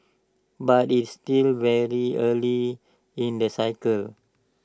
but it's still very early in the cycle